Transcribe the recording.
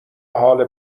حال